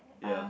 ya